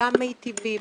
גם מיטיבים,